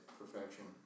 perfection